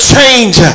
change